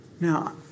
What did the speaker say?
Now